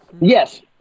yes